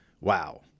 Wow